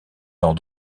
dans